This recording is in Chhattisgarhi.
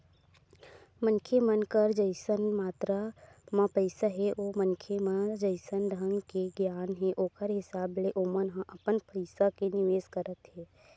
मनखे मन कर जइसन मातरा म पइसा हे ओ मनखे म जइसन ढंग के गियान हे ओखर हिसाब ले ओमन ह अपन पइसा के निवेस करत हे